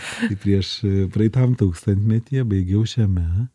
tai prieš praeitam tūkstantmetyje baigiau šiame